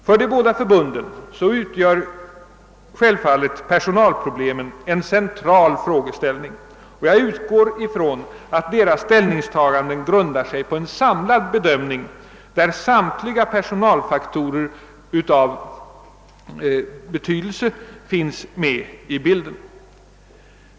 För de båda förbunden utgör personalproblemen givetvis en central fråga, och jag utgår från att förbundens ställningstagande grundar sig på en samlad bedömning, där samtliga personalfaktorer av betydelse finns med i bilden.